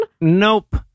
Nope